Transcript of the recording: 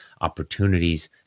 opportunities